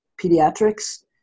Pediatrics